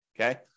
okay